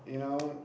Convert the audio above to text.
you know